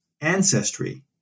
ancestry